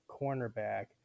cornerback